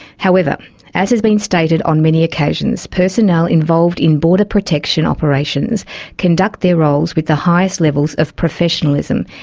however, as has been stated on many occasions, personnel involved in border protection operations conduct their roles with the highest levels of professionalism,